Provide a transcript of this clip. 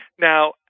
Now